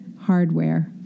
hardware